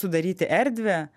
sudaryti erdvę